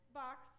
box